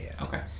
Okay